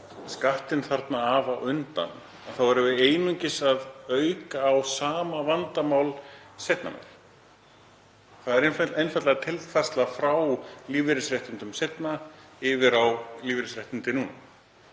skattinn þarna af á undan þá erum við einungis að auka á sama vandamál seinna meir. Það er einfaldlega tilfærsla frá lífeyrisréttindum seinna yfir á lífeyrisréttindi núna.